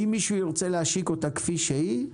אם מישהו ירצה להשיק אותה כפי שהיא,